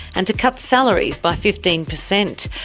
and to cut salaries by fifteen percent.